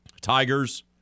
Tigers